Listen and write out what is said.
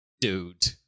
dude